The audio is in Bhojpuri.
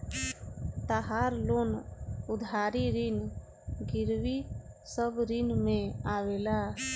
तहार लोन उधारी ऋण गिरवी सब ऋण में आवेला